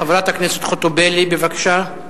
חברת הכנסת ציפי חוטובלי, בבקשה.